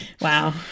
Wow